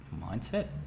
mindset